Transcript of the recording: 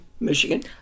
Michigan